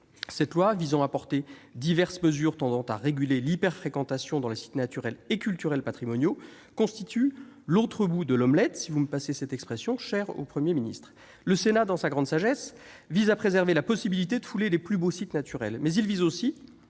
de loi portant diverses mesures tendant à réguler « l'hyper-fréquentation » dans les sites naturels et culturels patrimoniaux constitue l'autre bout de l'omelette, si vous me passez cette expression chère au Premier ministre. Le Sénat, dans sa grande sagesse, souhaite préserver la possibilité de fouler les plus beaux sites naturels, mais il veut aussi